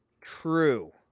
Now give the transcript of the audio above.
true